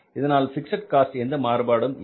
இதனால் fixed cost எந்த மாறுபாடும் இல்லை